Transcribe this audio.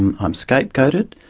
and um scapegoated,